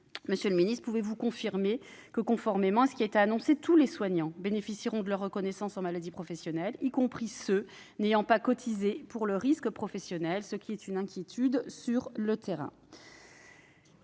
Monsieur le secrétaire d'État, pouvez-vous confirmer que, conformément à ce qui a été annoncé, tous les soignants bénéficieront de la reconnaissance en maladie professionnelle, y compris ceux qui n'ont pas cotisé pour le risque professionnel, ce qui est un sujet d'inquiétude sur le terrain ?